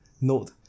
note